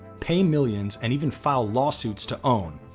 pay millions and even file lawsuits to own.